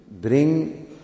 bring